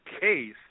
case